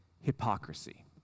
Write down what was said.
Hypocrisy